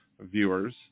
viewers